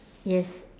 yes